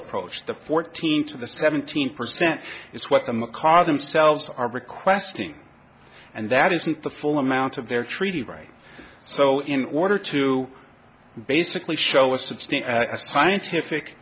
approach the fourteen to the seventeen percent is what the macaw themselves are requesting and that isn't the full amount of their treaty right so in order to basically show a substantial scientific